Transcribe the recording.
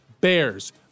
Bears